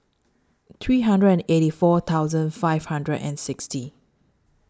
three hundred and eighty four thousand five hundred and sixty